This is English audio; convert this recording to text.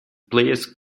players